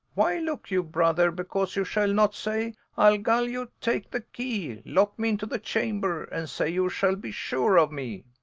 why look you, brother, because you shall not say i ll gull you, take the key, lock me into the chamber, and say you shall be sure of me.